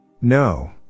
No